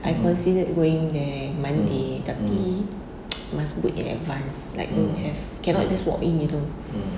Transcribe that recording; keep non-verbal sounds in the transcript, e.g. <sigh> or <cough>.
I considered going there monday tapi <noise> must book in advance like don't have cannot just walk in gitu